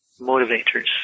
motivators